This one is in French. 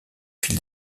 fil